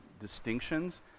distinctions